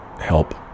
help